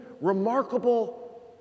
remarkable